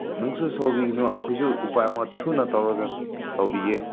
ꯅꯪꯁꯨ ꯁꯥꯎꯕꯤꯒꯅꯨ ꯑꯩꯈꯣꯏꯁꯨ ꯎꯄꯥꯏ ꯑꯃ ꯊꯨꯅ ꯇꯧꯔꯒ ꯇꯧꯕꯤꯒꯦ